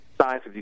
science